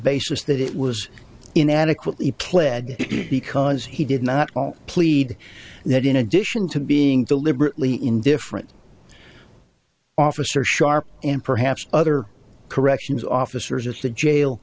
basis that it was inadequately pled guilty because he did not plead that in addition to being deliberately indifferent officer sharp and perhaps other corrections officers at the jail